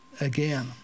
again